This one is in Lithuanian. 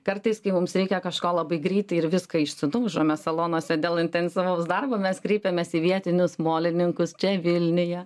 kartais kai mums reikia kažko labai greitai ir viską išsidaužome salonuose dėl intensyvaus darbo mes kreipiamės į vietinius mokslininkus čia vilniuje